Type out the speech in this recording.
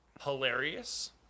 hilarious